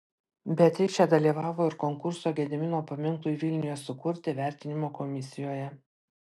beatričė dalyvavo ir konkurso gedimino paminklui vilniuje sukurti vertinimo komisijoje